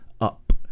up